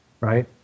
right